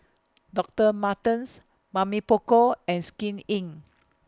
Doctor Martens Mamy Poko and Skin Inc